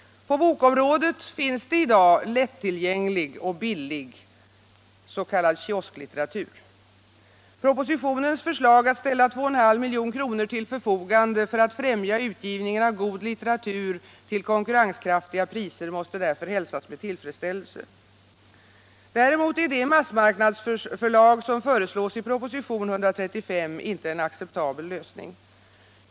På bokområdet finns det i dag lättillgänglig och billig s.k. kiosklitteratur. Propositionens förslag att ställa 2,5 milj.kr. till förfogande för atl främja utgivningen av god litteratur till konkurrenskraftiga priser måste därför hälsas med tillfredsställelse. Däremot är det massmarknadsförlag som föreslås i proposition 135 inte en acceptabel lösning.